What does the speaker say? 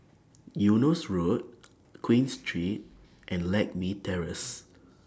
Eunos Road Queen Street and Lakme Terrace